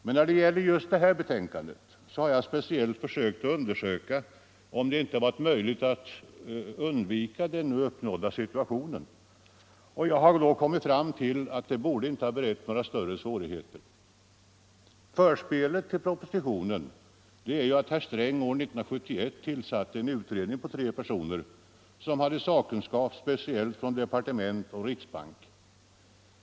Men när det gäller just detta betänkande har jag speciellt försökt att undersöka om det inte varit möjligt att undvika den nu uppnådda situationen. Jag har då kommit fram till att det inte borde ha berett några större svårigheter. Förspelet till propositionen är att herr Sträng år 1971 tillsatte en utredning på tre personer, som hade sakkunskap speciellt från departement och riksbank.